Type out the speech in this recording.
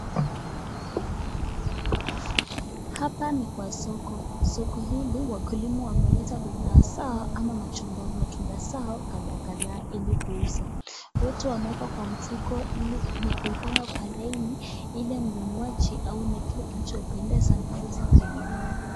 Hapa ni kwa soko, soko hili wakulima wanaleta bidhaa zao ama matunda zao kadhaa kadhaa ili kuuza, wote wameeka kwa mfuka na kuipanga kwa laini ili mnunuaji aone kile kilicho mpendeza na aweze kununua.